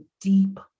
deep